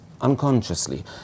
unconsciously